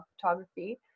photography